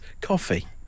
coffee